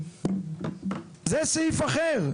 זה סעיף אחר.